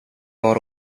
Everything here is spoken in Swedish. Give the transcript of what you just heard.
var